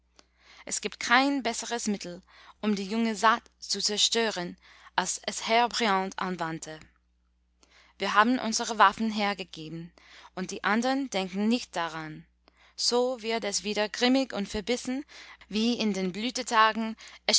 es gibt kein besseres mittel um die junge saat zu zerstören als es herr briand anwandte wir haben unsere waffen hergegeben und die andern denken nicht daran so wird es wieder grimmig und verbissen wie in den